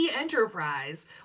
Enterprise